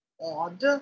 odd